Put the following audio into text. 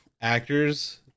actors